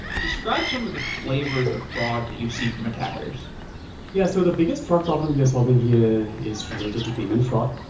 describe some of the flavors of fraud that you see from attackers yeah so the biggest fraud problem we are solving here is related to payment fraud,